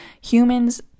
Humans